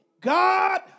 God